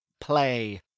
play